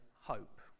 hope